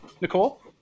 Nicole